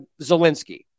Zelensky